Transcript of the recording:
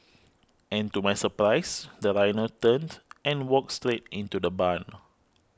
and to my surprise the rhino turned and walked straight into the barn